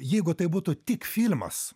jeigu tai būtų tik filmas